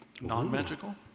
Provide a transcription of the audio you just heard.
Non-magical